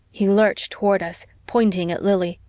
he lurched toward us, pointing at lili.